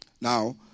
Now